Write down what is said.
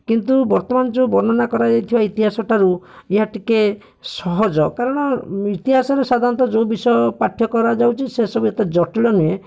କିନ୍ତୁ ବର୍ତ୍ତମାନ ଯେଉଁ ବର୍ଣ୍ଣନା କରାଯାଇଥିବା ଇତିହାସ ଠାରୁ ଏହା ଟିକିଏ ସହଜ କାରଣ ଇତିହାସରେ ସାଧାରଣତଃ ଯେଉଁ ବିଷୟ ପାଠ୍ୟ କରାଯାଉଛି ସେସବୁ ଏତେ ଜଟିଳ ନୁହେଁ